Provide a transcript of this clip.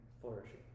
flourishing